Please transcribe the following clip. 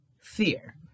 fear